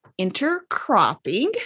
intercropping